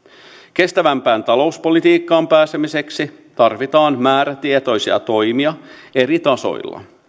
kestävämpään talouspolitiikkaan pääsemiseksi tarvitaan määrätietoisia toimia eri tasoilla